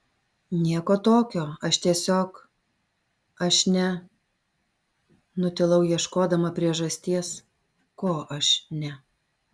nieko tokio aš tiesiog aš ne nutilau ieškodama priežasties ko aš ne